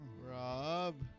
Rob